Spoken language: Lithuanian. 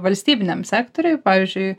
valstybiniam sektoriui pavyzdžiui